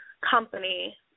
company